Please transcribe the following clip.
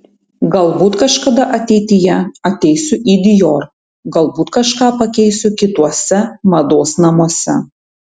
galbūt kažkada ateityje ateisiu į dior galbūt kažką pakeisiu kituose mados namuose